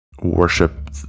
worship